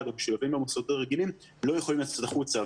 או משולבים במוסדות הרגילים לא יכולים לצאת החוצה.